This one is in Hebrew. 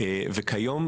כיום,